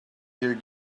your